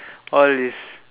all is